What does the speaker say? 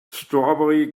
strawberry